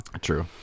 True